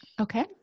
Okay